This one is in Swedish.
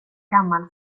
gammal